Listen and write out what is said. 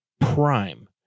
Prime